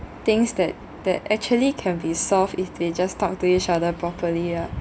things that that actually can be solved if they just talk to each other properly ah